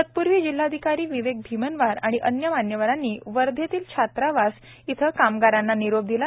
तत्पूर्वी जिल्हाधिकारी विवेक भीमनवार आणि अन्य मान्यवरांनी वर्धेतील छात्रावास येथे कामगारांना निरोप दिला